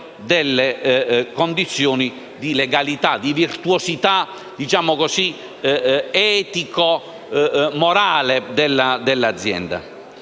delle condizioni di legalità e di virtuosità etico-morale dell'azienda.